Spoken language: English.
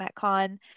MetCon